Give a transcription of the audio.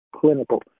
clinical